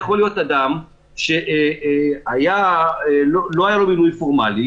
יכול להיות אדם שלא היה לו מינוי פורמלי,